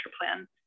plan